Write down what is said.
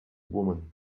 woman